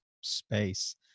space